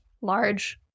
large